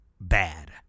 bad